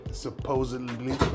supposedly